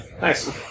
Nice